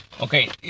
okay